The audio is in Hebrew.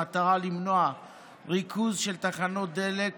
במטרה למנוע ריכוז של תחנות דלק